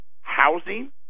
Housing